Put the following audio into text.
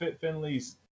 Finley's